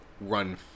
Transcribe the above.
run